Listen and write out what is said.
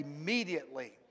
immediately